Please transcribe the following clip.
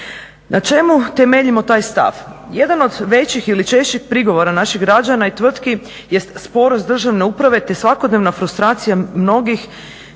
Na čemu temeljimo taj stav? jedan od većih ili češćih prigovora naših građana i tvrtki jest sporost državne uprave te svakodnevna frustracija mnogih